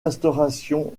restauration